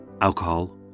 Alcohol